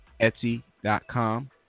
Etsy.com